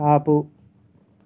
ఆపు